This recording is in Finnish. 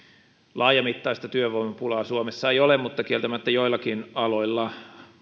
laajamittaista työvoimapulaa suomessa ei ole mutta kieltämättä joillakin aloilla